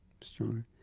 stronger